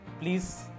please